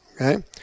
Okay